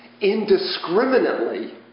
indiscriminately